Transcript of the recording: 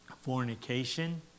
fornication